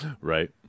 Right